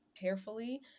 carefully